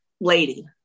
lady